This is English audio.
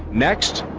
next,